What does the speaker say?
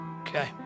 okay